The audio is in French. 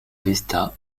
vista